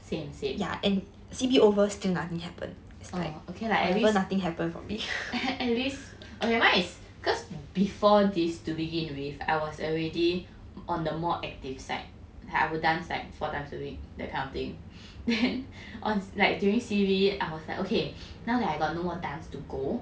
same same oh okay lah at least at least okay mine is cause before this to begin with I was already on the more active side I would dance like four times a week that kind of thing then on like during C_B I was like okay now that I got no more dance to go